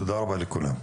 תודה רבה לכולם.